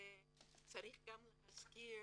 צריך גם להזכיר